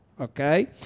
Okay